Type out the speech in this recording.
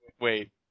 Wait